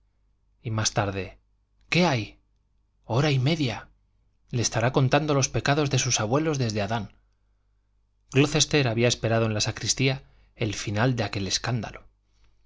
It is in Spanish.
y más tarde qué hay hora y media le estará contando los pecados de sus abuelos desde adán glocester había esperado en la sacristía el final de aquel escándalo